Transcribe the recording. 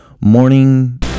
morning